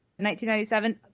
1997